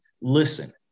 listen